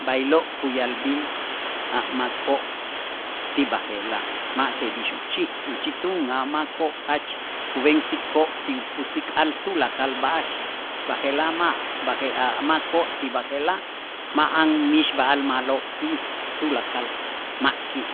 b'aylo' kuya'lb'il a' makoo' ti b'aje'laj, ma' jeb'ix uchij, uchitun a' makoo' jach men kub'ensikoo' ti upusik'al tulakal b'a'ax b'aje'laj ma' b'aje a' makoo' ti b'aje'laj ma'an mixb'a'al ma'lo' ti'ij tulakal ma' ki'.